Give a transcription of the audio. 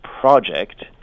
project